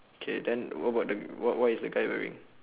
K then what about the what what is the guy wearing